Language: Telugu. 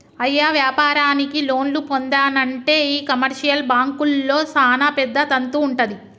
అయ్య వ్యాపారానికి లోన్లు పొందానంటే ఈ కమర్షియల్ బాంకుల్లో సానా పెద్ద తంతు వుంటది